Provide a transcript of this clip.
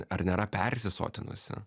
ar nėra persisotinusi